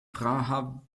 praha